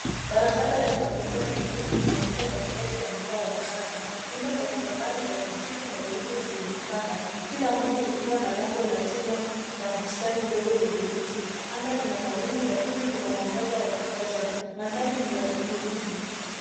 Barabara ya matofali mekundu inapita katikati ya mtaa wa kisasa. Nyumba za kifahari za kijivu na nyeupe zimejipanga kila moja ikiwa na lango la chuma na bustani ndogo yenye miti. Anga Lina mawingu lakini kuna mwanga wa kutosha. Mandhari ni ya utulivu.